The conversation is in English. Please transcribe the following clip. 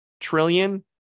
trillion